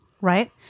right